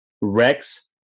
Rex